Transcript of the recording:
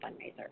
fundraiser